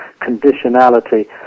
conditionality